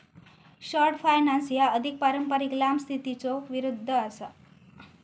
short finance ह्या अधिक पारंपारिक लांब स्थितीच्यो विरुद्ध असा